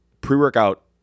pre-workout